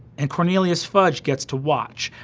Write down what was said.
and cornelius fudge gets to watch.